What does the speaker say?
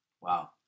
Wow